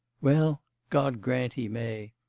well? god grant he may!